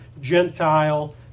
Gentile